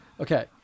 Okay